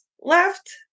left